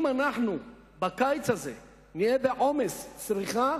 אם אנחנו בקיץ הזה נהיה בעומס צריכה,